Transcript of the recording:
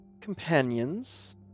companions